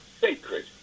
Sacred